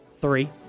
three